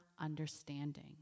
understanding